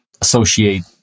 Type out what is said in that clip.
associate